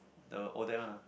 the old day one ah